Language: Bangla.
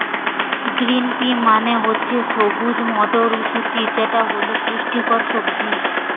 গ্রিন পি মানে হচ্ছে সবুজ মটরশুঁটি যেটা হল পুষ্টিকর সবজি